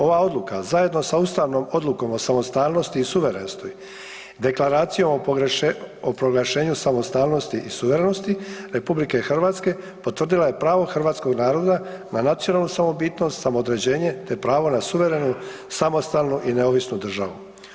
Ova odluka zajedno sa ustavnom odlukom o samostalnosti i suverenosti Deklaracijom o proglašenju samostalnosti i suverenosti RH potvrdila je pravo hrvatskog naroda na nacionalnu samobitnost, samoodređenje te pravo na suverenu samostalnu i neovisnu državu.